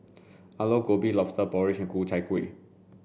Aloo Gobi Lobster Porridge Ku Chai Kueh